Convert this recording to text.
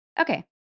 Okay